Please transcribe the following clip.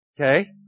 Okay